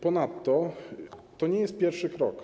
Ponadto to nie jest pierwszy krok.